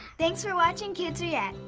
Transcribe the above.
thanks for watching kids react.